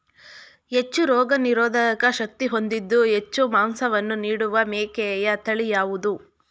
ಹೆಚ್ಚು ರೋಗನಿರೋಧಕ ಶಕ್ತಿ ಹೊಂದಿದ್ದು ಹೆಚ್ಚು ಮಾಂಸವನ್ನು ನೀಡುವ ಮೇಕೆಯ ತಳಿ ಯಾವುದು?